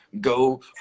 go